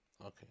Okay